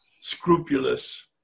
scrupulous